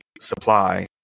supply